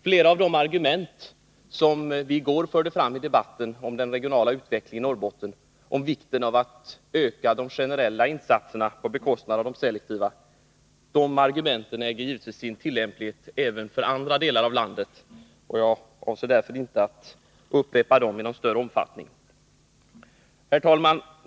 Flera av de argument som vi i går förde fram i debatten om den regionala utvecklingen i Norrbotten om vikten av att öka de generella insatserna på bekostnad av de selektiva äger givetvis sin giltighet även för andra delar av landet. Jag avser därför inte att upprepa dem i någon större utsträckning. Herr talman!